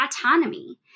autonomy